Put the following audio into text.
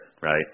right